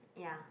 ya